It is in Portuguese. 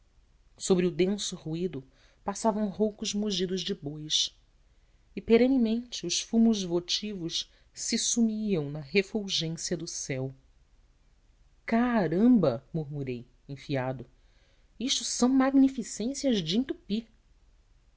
sobre o denso ruído passavam roucos mugidos de bois e perenemente os fumos votivos se sumiam na refulgência do céu caramba murmurei enfiado isto são magnificências de entupir